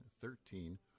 thirteen